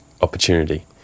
opportunity